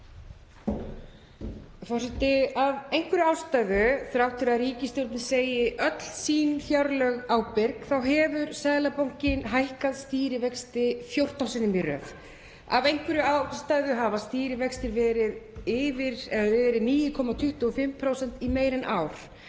Forseti. Af einhverri ástæðu, þrátt fyrir að ríkisstjórnin segi öll sín fjárlög ábyrg, þá hefur Seðlabankinn hækkað stýrivexti 14 sinnum í röð. Af einhverri ástæðu hafa stýrivextir verið 9,25% í meira en ár,